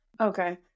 Okay